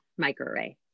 Microarray